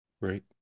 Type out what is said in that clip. Right